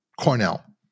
Cornell